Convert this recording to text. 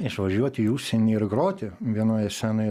išvažiuoti į užsienį ir groti vienoje scenoje